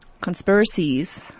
conspiracies